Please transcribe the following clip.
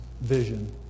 vision